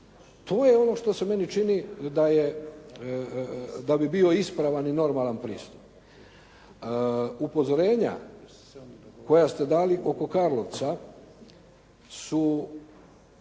To je ono što se meni čini da bi bio ispravan i normalan pristup. Upozorenja koja ste dali oko Karlovca su